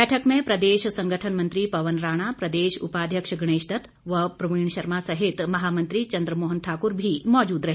बैठक में प्रदेश संगठन मंत्री पवन राणा प्रदेश उपाध्यक्ष गणेश दत्त व प्रवीण शर्मा सहित महामंत्री चंद्र मोहन ठाक्र भी मौजूद रहे